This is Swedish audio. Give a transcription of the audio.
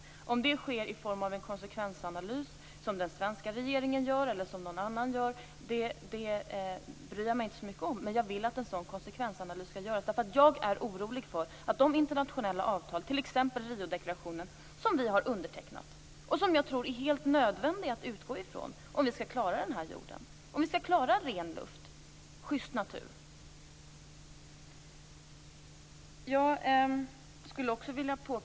Jag bryr mig inte så mycket om ifall en sådan konsekvensanalys görs av den svenska regeringen eller någon annan, men jag vill att en sådan konsekvensanalys skall göras. Jag är nämligen orolig för de internationella avtal, t.ex. Riodeklarationen, som vi har undertecknat och som jag tror är helt nödvändiga att utgå från om vi skall klara den här jorden, om vi skall klara en ren luft och en schyst natur.